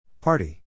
Party